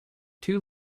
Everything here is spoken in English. two